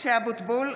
(קוראת בשמות חברי הכנסת) משה אבוטבול,